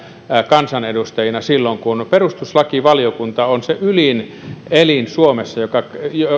kansanedustajina silloin koska perustuslakivaliokunta on se ylin elin suomessa